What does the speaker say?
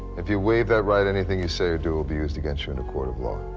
if you waive that right, anything you say or do will be used against you in a court of law.